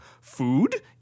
Food